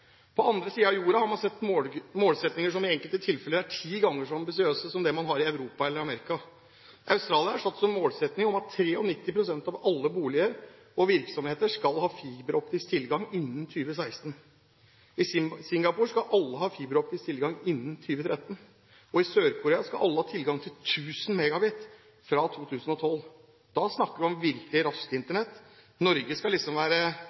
På den andre siden av jorda har man satt seg målsettinger som i enkelte tilfeller er ti ganger så ambisiøse som dem man har i Europa eller Amerika. Australia har satt som målsetting at 93 pst. av alle boliger og virksomheter skal ha fiberoptisk tilgang innen 2016. I Singapore skal alle ha fiberoptisk tilgang innen 2013, og i Sør-Korea skal alle ha tilgang til 1 000 MB fra 2012. Da snakker vi om et virkelig raskt Internett. Norge skal liksom være